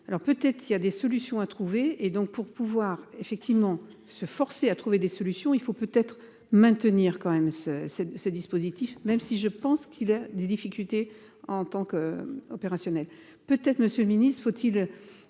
alors peut-être il y a des solutions à trouver et donc pour pouvoir effectivement se forcer à trouver des solutions, il faut peut être maintenir quand même ce ce, ce dispositif, même si je pense qu'il a des difficultés en tant qu'opérationnel peut-être Monsieur le Ministre, faut-il